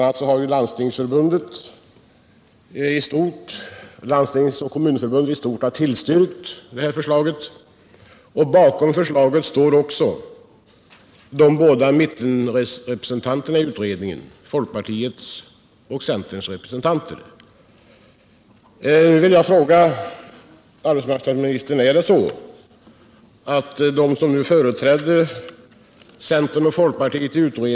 a. har Landstingsförbundet och Kommunförbundet i stort tillstyrkt förslaget, och bakom förslaget står också de båda mittenrepresentanterna i utredningen, folkpartiets och centerns representanter.